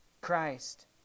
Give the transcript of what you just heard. Christ